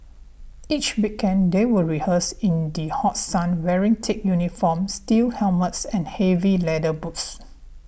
each weekend they would rehearse in the hot sun wearing thick uniforms steel helmets and heavy leather boots